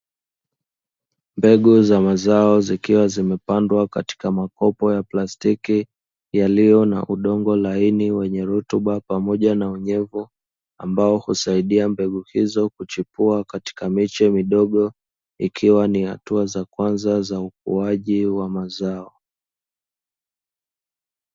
Mbegu za mazao zikiwa zimepandwa katika makopo ya plastiki yaliyo na udongo laini wenye rutuba pamoja na unyevu, ambao husaidia mbegu hizo kuchipua katika miche midogo ikiwa ni hatua za kwanza za ukuaji wa mazao.